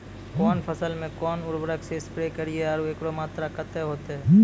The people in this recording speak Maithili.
कौन फसल मे कोन उर्वरक से स्प्रे करिये आरु एकरो मात्रा कत्ते होते?